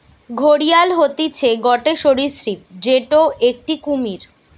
ঘড়িয়াল হতিছে গটে সরীসৃপ যেটো একটি কুমির